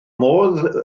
modd